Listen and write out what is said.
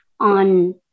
On